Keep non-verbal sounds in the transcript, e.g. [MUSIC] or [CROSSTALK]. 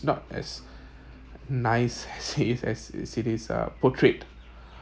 not as nice as [LAUGHS] it is as cities are portrayed